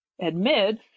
admit